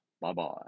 bye-bye